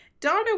Donna